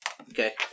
Okay